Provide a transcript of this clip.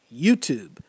YouTube